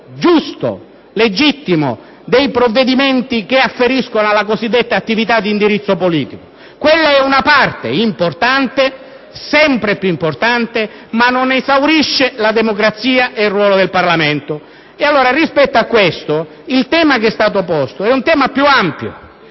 in cui esaminare i provvedimenti che afferiscono alla cosiddetta attività d'indirizzo politico: quella è una parte, importante, sempre più importante, ma non esaurisce la democrazia ed il ruolo del Parlamento. Rispetto a questo, il tema che è stato posto è più ampio: